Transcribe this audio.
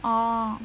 orh